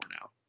now